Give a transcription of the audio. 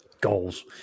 goals